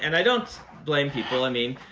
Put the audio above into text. and i don't blame people. i mean